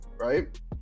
right